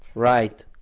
right!